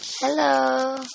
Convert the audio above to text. Hello